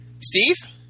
Steve